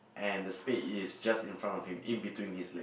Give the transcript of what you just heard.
and the spade is just in front of him in between his leg